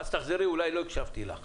אז תחזרי, אולי לא הקשבתי לך.